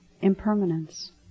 impermanence